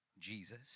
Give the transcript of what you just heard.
Jesus